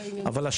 אבל,